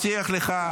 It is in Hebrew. ואני מבטיח לך,